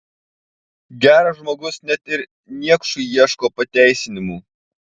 geras žmogus net ir niekšui ieško pateisinimų